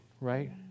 right